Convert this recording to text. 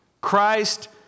Christ